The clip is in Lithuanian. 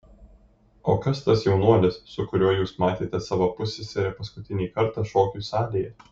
o kas tas jaunuolis su kuriuo jūs matėte savo pusseserę paskutinį kartą šokių salėje